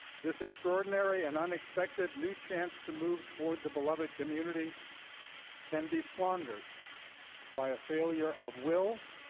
this extraordinary and unexpected new chance to move toward the beloved community can be squandered by a failure of will,